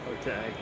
Okay